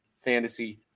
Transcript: fantasy